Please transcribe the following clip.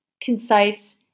concise